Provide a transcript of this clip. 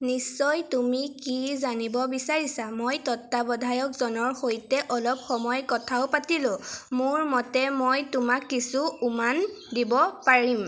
নিশ্চয় তুমি কি জানিব বিচাৰিছা মই তত্ত্বাৱধায়কজনৰ সৈতে অলপ সময় কথাও পাতিলোঁ মোৰ মতে মই তোমাক কিছু উমান দিব পাৰিম